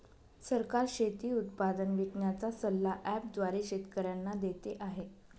सरकार शेती उत्पादन विकण्याचा सल्ला ॲप द्वारे शेतकऱ्यांना देते आहे